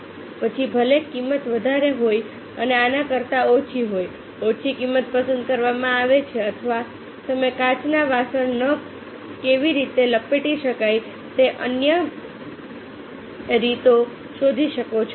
પછી ભલે કિંમત વધારે હોય અને આના કરતા ઓછી હોય ઓછી કિંમત પસંદ કરવામાં આવે છે અથવા તમે કાચના વાસણ ને કેવી રીતે લપેટી શકાય તે અન્ય રીતો શોધી શકો છો